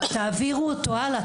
תעבירו אותו הלאה.